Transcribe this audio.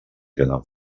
tenen